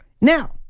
now